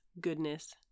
goodness